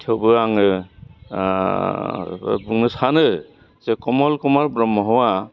थेवबो आङो बुंनो सानो जे कमल कुमार ब्रह्मआ